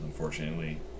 Unfortunately